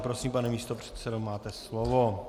Prosím, pane místopředsedo, máte slovo.